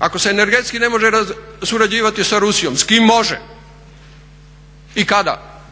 Ako se energetski ne može surađivati sa Rusijom, s kime može i kada?